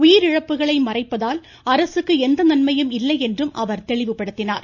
உயிரிழப்புகளை மறைப்பதால் அரசுக்கு எந்த நன்மையும் இல்லை என்றும் அவர் தெளிவுபடுத்தினார்